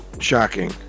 Shocking